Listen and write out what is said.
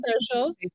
socials